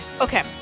Okay